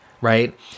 Right